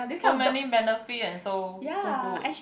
so many benefit and so so good